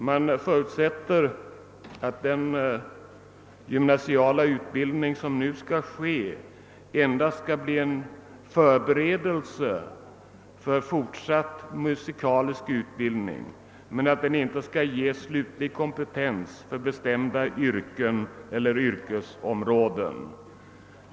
Man utgår ifrån att den gymnasiala utbildning som nu skall komma till stånd endast skall bli en förberedelse för fortsatt musikalisk utbildning men att den inte skall ge slutlig kompetens för bestämda yrken eller yrkesområden.